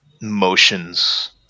motions